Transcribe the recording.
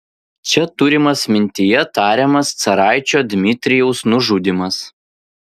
čia turimas mintyje tariamas caraičio dmitrijaus nužudymas